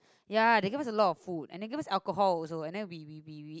ya they gave us a lot of food and they gave us alcohol also and then we we we we